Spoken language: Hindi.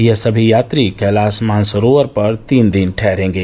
यह समी यात्री केलाश मानसरोवर पर तीन दिन ठहरेंगे